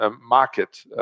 market